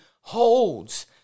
holds